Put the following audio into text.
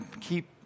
keep